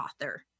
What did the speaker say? author